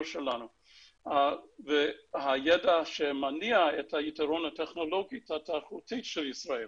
שלנו והידע שמניע את היתרון הטכנולוגי והתחרותי של ישראל.